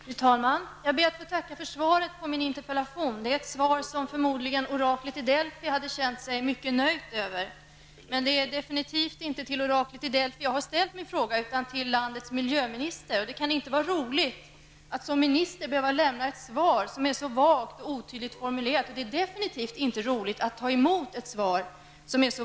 Fru talman! Jag ber att få tacka för svaret på min interpellation. Det är ett svar som oraklet i Delfi förmodligen hade känt sig mycket nöjd med. Men det är alldeles avgjort inte till oraklet i Delfi jag har ställt min interpellation, utan jag har ställt den till landets miljöminister. Det kan inte vara roligt att som minister behöva lämna ett svar som är så vagt och otydligt formulerat, och det är absolut inte roligt att ta emot ett sådant svar.